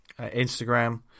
instagram